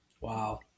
Wow